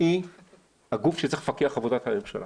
היא הגוף שצריך לפקח על עבודת הממשלה.